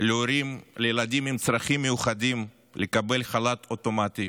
להורים עם צרכים מיוחדים לקבל חל"ת אוטומטי